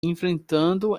enfrentando